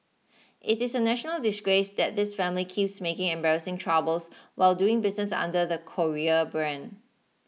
it is a national disgrace that this family keeps making embarrassing troubles while doing business under the Korea brand